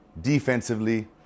defensively